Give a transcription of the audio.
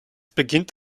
beginnt